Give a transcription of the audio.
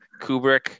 Kubrick